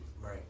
Right